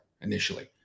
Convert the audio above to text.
initially